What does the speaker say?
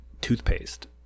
toothpaste